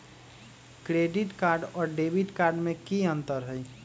Credit card और debit card में की अंतर हई?